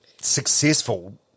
successful